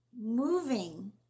moving